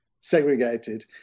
segregated